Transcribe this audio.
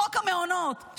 חוק המעונות,